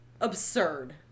absurd